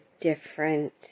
different